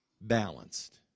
balanced